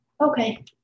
Okay